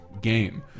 game